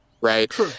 right